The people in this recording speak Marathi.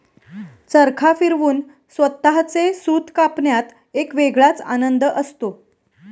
चरखा फिरवून स्वतःचे सूत कापण्यात एक वेगळाच आनंद असतो